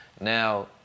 Now